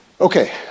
Okay